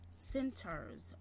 centers